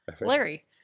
Larry